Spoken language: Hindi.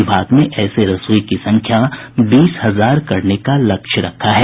विभाग ने ऐसे रसोई की संख्या बीस हजार करने का लक्ष्य रखा है